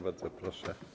Bardzo proszę.